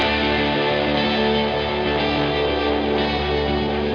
and